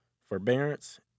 forbearance